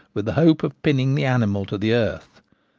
with the hope of pinning the animal to the earth.